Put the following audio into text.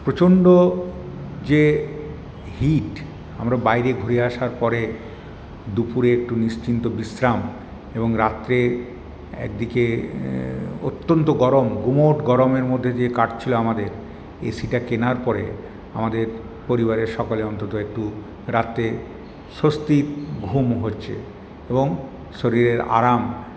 প্রচণ্ড যে হিট আমরা বাইরে ঘুরে আসার পরে দুপুরে একটু নিশ্চিন্ত বিশ্রাম এবং রাত্রে একদিকে অত্যন্ত গরম গুমোট গরমের মধ্যে দিয়ে কাটছিল আমাদের এসিটা কেনার পরে আমাদের পরিবারের সকলে অন্তত একটু রাতে স্বস্তির ঘুম হচ্ছে এবং শরীরের আরাম